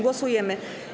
Głosujemy.